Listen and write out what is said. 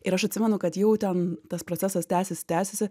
ir aš atsimenu kad jau ten tas procesas tęsiasi tęsiasi